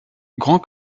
grand